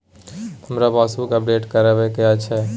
हमरा passbook update करैबे के अएछ?